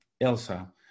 Elsa